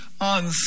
on